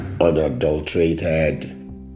unadulterated